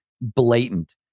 blatant